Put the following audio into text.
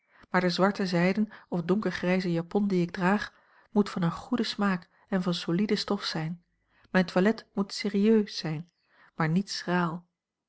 maar de zwarte zijden of donkergrijze japon die ik draag moet van een goeden smaak en van solide stof zijn mijn toilet moet sérieux zijn maar niet schraal